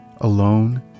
Alone